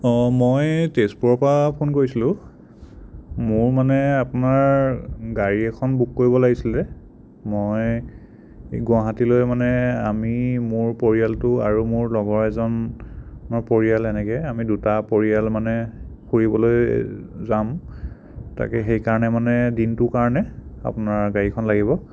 অঁ মই তেজপুৰৰপৰা ফোন কৰিছিলোঁ মোৰ মানে আপোনাৰ গাড়ী এখন বুক কৰিব লাগিছিলে মই এই গুৱাহাটীলৈ মানে আমি মোৰ পৰিয়ালটো আৰু মোৰ লগৰ এজনৰ পৰিয়াল এনেকে আমি দুটা পৰিয়াল মানে ফুৰিবলৈ যাম তাকে সেইকাৰণে মানে দিনটোৰ কাৰণে আপোনাৰ গাড়ীখন লাগিব